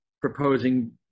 proposing